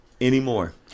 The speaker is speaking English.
anymore